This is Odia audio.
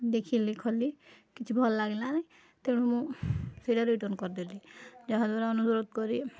ଦେଖିଲି ଖାଲି କିଛି ଭଲ ଲାଗିଲାନି ତେଣୁ ମୁଁ ସେଇଟା ରିଟର୍ଣ୍ଣ କରିଦେଲି ଯାହାଦ୍ୱାରା ଅନୁୁରୋଧ କରି